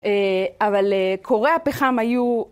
אבל כורי הפחם היו